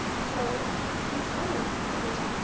so these these women did it.